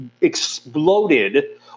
exploded